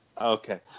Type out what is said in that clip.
Okay